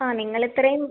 ആ നിങ്ങൾ ഇത്രയും